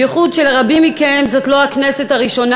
בייחוד שלרבים מכם זאת לא הכנסת הראשונה,